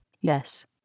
Yes